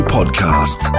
Podcast